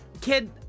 kid